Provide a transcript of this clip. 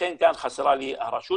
לכן כאן חסרה לי הרשות,